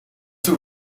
toe